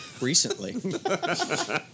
Recently